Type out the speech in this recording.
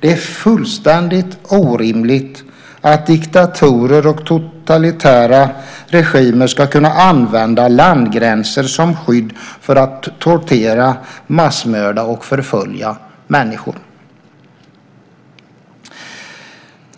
Det är fullständigt orimligt att diktatorer och totalitära regimer ska kunna använda landgränser som skydd för att tortera, massmörda och förfölja människor.